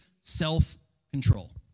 self-control